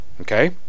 okay